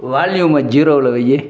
வால்யூமை ஜீரோவில் வை